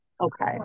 Okay